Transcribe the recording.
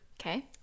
Okay